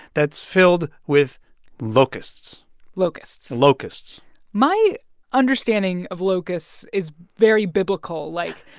that's filled with locusts locusts locusts my understanding of locusts is very biblical like,